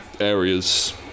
areas